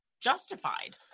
justified